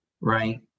right